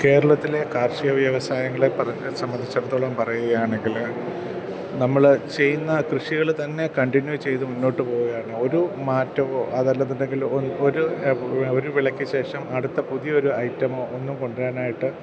കേരളത്തിലെ കാർഷിക വ്യവസായങ്ങളെ പറഞ്ഞ സംബന്ധിച്ചിടത്തോളം പറയുകയാണെങ്കിൽ നമ്മൾ ചെയ്യുന്ന കൃഷികൾ തന്നെ കണ്ടീന്യു ചെയ്ത് മുന്നോട്ട് പോകുകയാണെങ്കിൽ ഒരു മാറ്റമോ അതല്ലായെന്നുണ്ടെങ്കിൽ ഒരു വിളക്ക് ശേഷം അടുത്ത പുതിയ ഒരു ഐറ്റമോ ഒന്നും കൊണ്ടുവരാനായിട്ട്